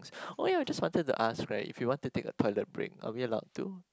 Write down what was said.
oh ya just wanted to ask right if we want to take a toilet break are we allowed to